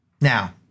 Now